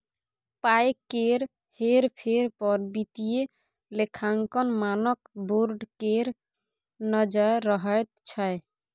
पाय केर हेर फेर पर वित्तीय लेखांकन मानक बोर्ड केर नजैर रहैत छै